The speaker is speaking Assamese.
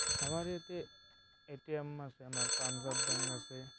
আমাৰ ইয়াতে এ টি এম আছে আমাৰ পঞ্জাৱ বেংক আছে